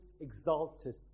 exalted